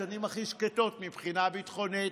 השנים הכי שקטות מבחינה ביטחונית.